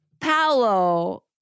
Paolo